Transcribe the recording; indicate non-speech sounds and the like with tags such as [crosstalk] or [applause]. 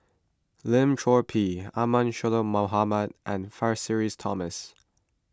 Lim Chor Pee Ahmad [unintelligible] Mohamad and Francis Thomas